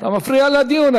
אתה מפריע לדיון.